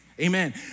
Amen